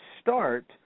start